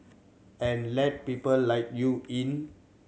and let people like you in